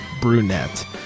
brunette